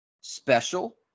special